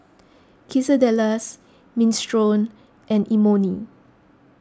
Quesadillas Minestrone and Imoni